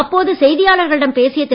அப்போது செய்தியாளர்களிடம் பேசிய திரு